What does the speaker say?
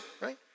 right